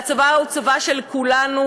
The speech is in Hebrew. והצבא הוא צבא של כולנו,